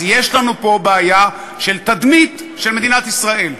אז יש לנו פה בעיה של תדמית של מדינת ישראל.